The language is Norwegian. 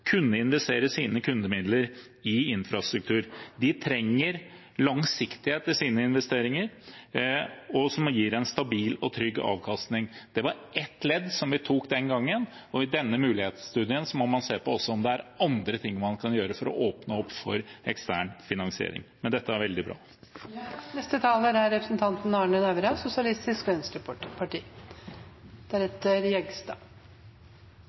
kunne investere sine kundemidler i infrastruktur. De trenger langsiktighet i sine investeringer, som gir en stabil og trygg avkastning. Det var et skritt vi tok den gangen. I denne mulighetsstudien må man se på om det også er andre ting man kan gjøre for å åpne opp for ekstern finansiering. Men dette er veldig